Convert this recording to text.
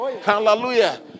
Hallelujah